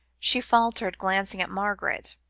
she faltered, glancing at margaret.